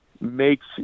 makes